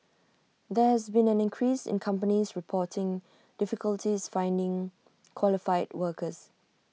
there has been an increase in companies reporting difficulties finding qualified workers